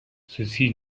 ceci